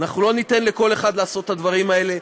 אנחנו לא ניתן לכל אחד לעשות את הדברים האלה,